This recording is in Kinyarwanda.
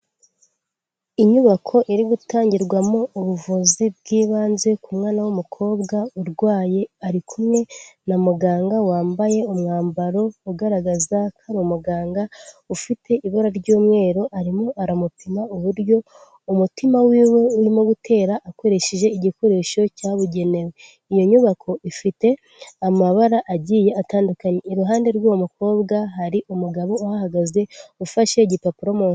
Inyubako iri gutangirwamo ubuvuzi bw'ibanze ku mwana w'umukobwa urwaye, ari kumwe na muganga wambaye umwambaro ugaragaza ko ari umuganga, ufite ibara ry'umweru, arimo aramupima uburyo umutima w'iwe urimo gutera, akoresheje igikoresho cyabugenewe, iyo nyubako ifite amabara agiye atandukanye, iruhande rw'uwo mukobwa hari umugabo uhahagaze ufashe igipapuro mu...